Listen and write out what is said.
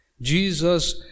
Jesus